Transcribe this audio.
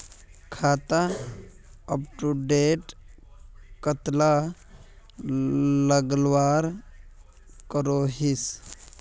खाता अपटूडेट कतला लगवार करोहीस?